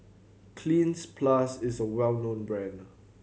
Cleanz Plus is a well known brand